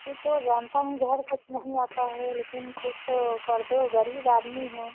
यह तो जानता हूँ घर तक नहीं आता है लेकिन कुछ तो कर दो ग़रीब आदमी हैं